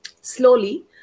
slowly